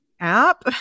app